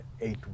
eight